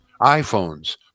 iPhones